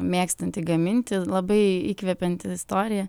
mėgstantį gaminti labai įkvepianti istorija